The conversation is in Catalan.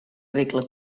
regla